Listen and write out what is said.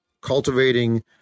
cultivating